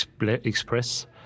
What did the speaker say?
express